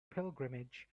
pilgrimage